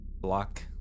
block